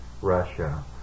Russia